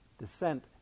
descent